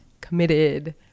committed